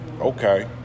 Okay